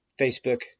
Facebook